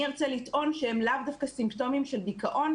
אני ארצה לטעון שהם לאו דווקא סימפטומים של דיכאון,